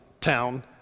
town